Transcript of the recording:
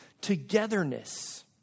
togetherness